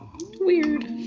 weird